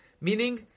Meaning